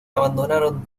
abandonaron